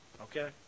Okay